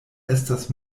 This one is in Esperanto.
estas